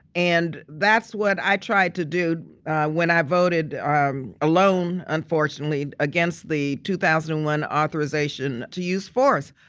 and that's what i tried to do when i voted ah um alone, unfortunately, against the two thousand and one authorization to use force.